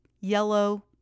yellow